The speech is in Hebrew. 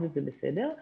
זה בסדר.